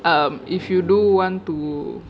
um if you do want to